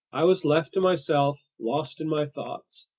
i was left to myself, lost in my thoughts.